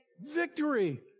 Victory